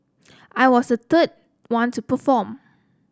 I was the third one to perform